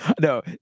no